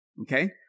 Okay